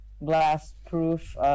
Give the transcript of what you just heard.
blast-proof